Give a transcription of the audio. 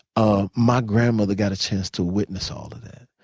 ah my grandmother got a chance to witness all of that.